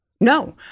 no